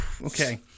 Okay